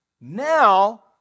Now